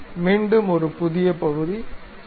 மீண்டும் ஒரு புதிய பகுதி சரி